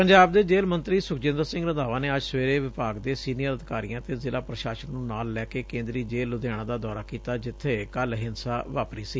ਪੰਜਾਬ ਦੇ ਜੇਲੁ ਮੰਤਰੀ ਸੁਖਜੀਦਰ ਸੀਘ ਰੰਧਾਵਾ ਨੇ ਅੱਜ ਸਵੇਰੇ ਵਿਭਾਗ ਦੇ ਸੀਨੀਅਰ ਅਧਿਕਾਰੀਆਂ ਤੇ ਜ਼ਿਲਾ ਪ੍ਰਸ਼ਾਸਨ ਨੂੰ ਨਾਲ ਲੈ ਕੇ ਕੇਂਦਰੀ ਜੇਲੂ ਲੁਧਿਆਣਾ ਦਾ ਦੌਰਾ ਕੀਤਾ ਜਿੱਬੇ ਕੱਲੂ ਹਿੰਸਾ ਵਾਪਰੀ ਸੀ